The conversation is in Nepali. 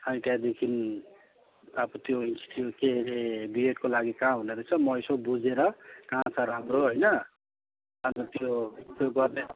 अनि त्यहाँदेखि अब त्यो के हरे बिएडको लागि कहाँ हुँदो रहेछ म यसो बुझेर कहाँ छ राम्रो होइन अन्त त्यो त्यो गर्ने